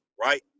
right